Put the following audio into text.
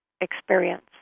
experience